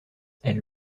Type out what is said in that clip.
elle